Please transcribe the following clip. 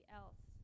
else